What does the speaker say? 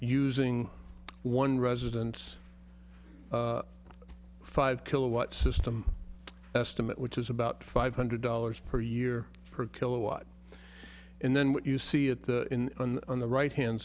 using one resident's five kilowatt system estimate which is about five hundred dollars per year per kilowatt and then what you see at the on the right hand